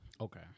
okay